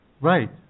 Right